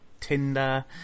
Tinder